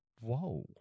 whoa